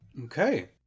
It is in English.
Okay